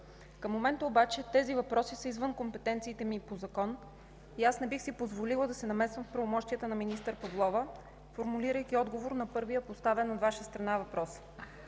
Към момента обаче тези въпроси са извън компетенциите ми по закон и не бих си позволила да се намесвам в правомощията на министър Павлова, формулирайки отговора на първия поставен от Ваша страна въпрос.